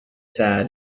sad